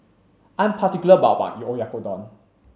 I'm particular about my Oyakodon